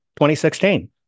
2016